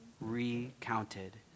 recounted